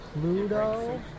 Pluto